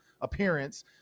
appearance